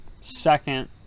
second